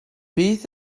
beth